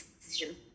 decision